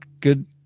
Good